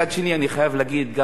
מצד שני אני חייב גם להגיד,